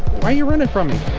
why are you running from me?